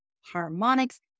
harmonics